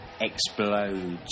explodes